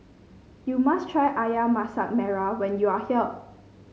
you must try ayam Masak Merah when you are here